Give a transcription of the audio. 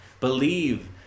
Believe